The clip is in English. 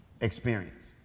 experience